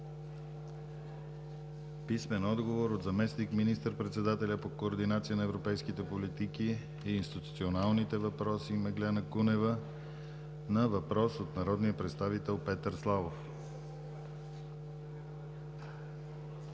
писмен отговор от заместник министър-председателя по координация на европейските политики и институционалните въпроси Меглена Кунева на въпрос от народния представител Петър Славов;